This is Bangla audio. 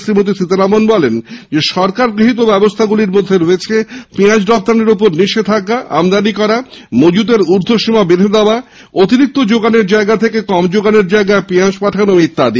শ্রীমতি সীতারামণ বলেন সরকার গৃহীত ব্যবস্হাগুলির মধ্যে রয়েছে পিয়াঁজ রফতানির ওপর নিষেধাজ্ঞা আমদানী মজুতের ঊর্দ্ধসীমা বেঁধে দেওয়া পেঁয়াজের অতিরিক্ত জোগানের জায়গা থেকে কম জোগানের জায়গায় পেঁয়াজ পাঠানো ইত্যাদি